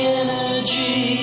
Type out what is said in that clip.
energy